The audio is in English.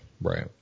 right